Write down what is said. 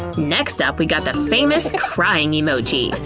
next up, we've got the famous crying emoji!